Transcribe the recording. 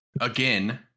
again